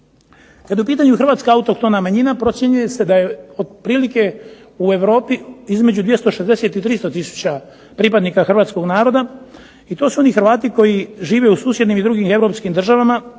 Kad je u pitanju Hrvatska autohtona manjina procjenjuje se da je otprilike u Europi između 260 i 300 tisuća pripadnika hrvatskog naroda i to su oni Hrvati koji žive u susjednim i drugim europskim državama